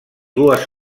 dues